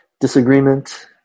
Disagreement